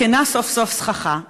הותקנה סוף-סוף סככה.